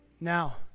now